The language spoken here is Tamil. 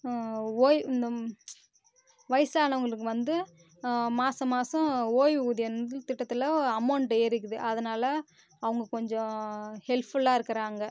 ஒய்வு இந்த வயசானவங்களுக்கு வந்து மாசமாசம் ஓய்வூதிய திட்டத்தில் அமௌண்ட் ஏறிருக்குது அதனால் அவங்க கொஞ்சம் ஹெல்ப்ஃபுல்லாக இருக்கிறாங்க